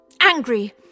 angry